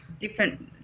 different